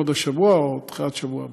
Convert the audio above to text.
עוד השבוע או בתחילת השבוע הבא.